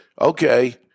okay